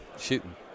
Shooting